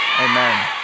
Amen